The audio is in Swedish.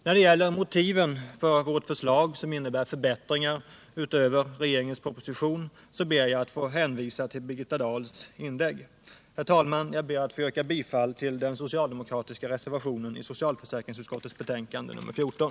När det gäller motiven för vårt förslag, som innebär förbättringar utöver regeringens proposition, ber jag att få hänvisa till Birgitta Dahls inlägg. Herr talman! Jag ber att få yrka bifall till den socialdemokratiska reservationen vid socialförsäkringsutskottets betänkande nr 14.